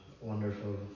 wonderful